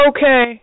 Okay